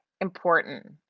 important